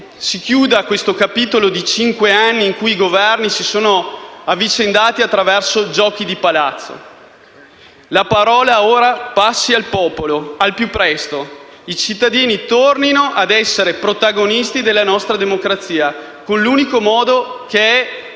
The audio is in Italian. si chiuda questo capitolo di cinque anni in cui i Governi si sono avvicendati attraverso giochi di palazzo; la parola passi ora al popolo al più presto; i cittadini tornino a essere protagonisti della nostra democrazia con l'unico modo